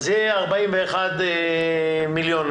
אז יהיה 41 מיליון שקל.